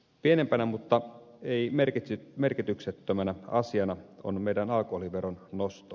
pienempänä mutta ei merkityksettömänä asiana on alkoholiveron nosto